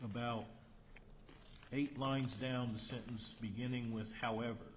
about eight lines down the sentence beginning with however